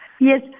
Yes